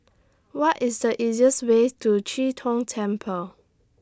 What IS The easiest Way to Chee Tong Temple